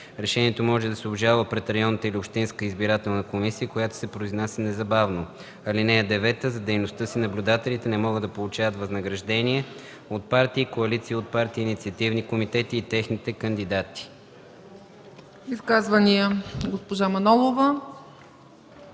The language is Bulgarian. Решението може да се обжалва пред районната или общинската избирателна комисия, която се произнася незабавно. (9) За дейността си наблюдателите не могат да получават възнаграждение от партии, коалиции от партии, инициативни комитети и техните кандидати.”